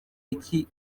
iki